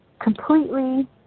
completely